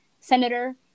senator